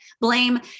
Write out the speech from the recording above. blame